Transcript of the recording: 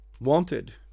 Wanted